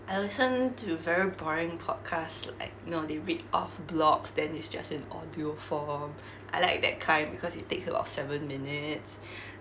I listened to very boring podcast like know they read off blogs then it's just in audio form I like that kind because it takes about seven minutes